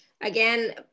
again